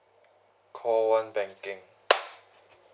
call one banking